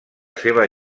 seva